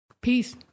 Peace